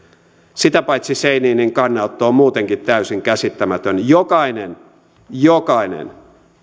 sitä paitsi scheininin kannanotto on muutenkin täysin käsittämätön jokainen jokainen